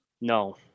No